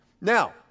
Now